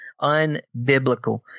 unbiblical